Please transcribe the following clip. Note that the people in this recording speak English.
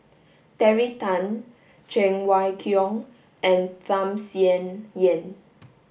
Terry Tan Cheng Wai Keung and Tham Sien Yen